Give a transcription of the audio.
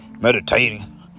Meditating